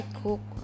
cook